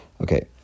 Okay